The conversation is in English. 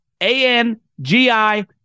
A-N-G-I